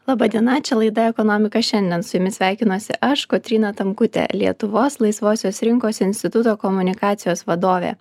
laba diena čia laida ekonomika šiandien su jumis sveikinuosi aš kotryna tamkutė lietuvos laisvosios rinkos instituto komunikacijos vadovė